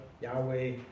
Yahweh